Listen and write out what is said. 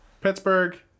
Pittsburgh